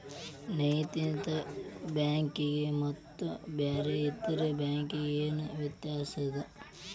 ನೈತಿಕ ಬ್ಯಾಂಕಿಗೆ ಮತ್ತ ಬ್ಯಾರೆ ಇತರೆ ಬ್ಯಾಂಕಿಗೆ ಏನ್ ವ್ಯತ್ಯಾಸದ?